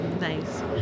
Nice